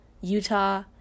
Utah